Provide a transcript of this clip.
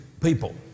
people